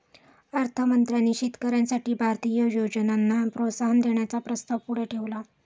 अर्थ मंत्र्यांनी शेतकऱ्यांसाठी भारतीय योजनांना प्रोत्साहन देण्याचा प्रस्ताव पुढे ठेवला